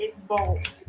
involved